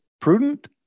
prudent